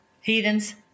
heathens